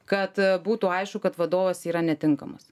kad būtų aišku kad vadovas yra netinkamas